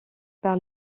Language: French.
par